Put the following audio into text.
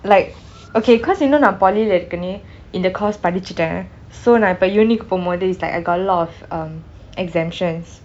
like okay cause you know நான்:naan poly லே ஏற்கனவே இந்த:lei erkenavai intha course படிச்சுட்டேன்:padichuten so நான் இப்பே:naan ippei uni போம்போது:pompothu is like I got a lot of um exemptions